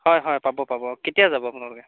হয় হয় পাব পাব কেতিয়া যাব আপোনালোকে